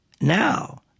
Now